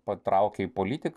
patraukė į politiką